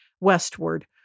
westward